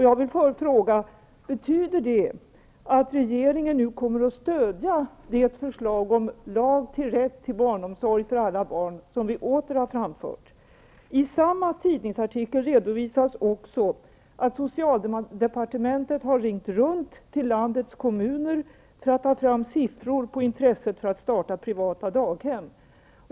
Jag vill fråga: Betyder detta att regeringen kommer att stödja det förslag om lag om rätt till barnomsorg för alla barn som vi åter har framfört? I samma tidningsartikel redovisas också att socialdepartementet har ringt runt till landets kommuner för att få fram siffror på intresset för att starta privata daghem.